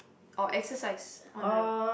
or exercise on a